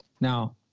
Now